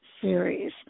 series